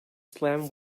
slam